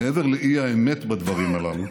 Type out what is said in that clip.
מעבר לאי-אמת בדברים הללו,